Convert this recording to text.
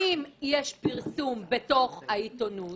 אם יש פרסום בתוך העיתונות,